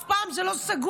זה אף פעם לא סגור.